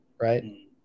right